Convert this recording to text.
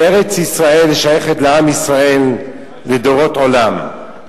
שארץ-ישראל שייכת לעם ישראל לדורות עולם,